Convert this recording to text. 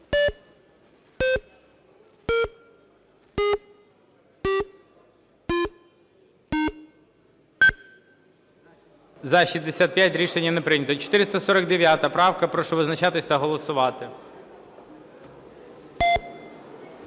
За-65 Рішення не прийнято. 449 правка. Прошу визначатись та голосувати.